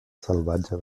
salvatge